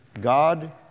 God